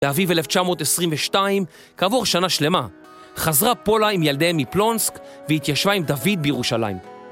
באביב 1922, כעבור שנה שלמה, חזרה פולה עם ילדיהם מפלונסק והתיישבה עם דוד בירושלים.